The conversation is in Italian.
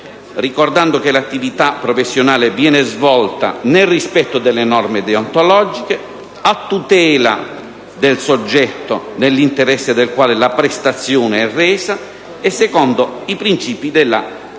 ricordando che l'attività professionale viene svolta nel rispetto delle norme deontologiche, a tutela del soggetto nell'interesse del quale la prestazione è resa e secondo i principi della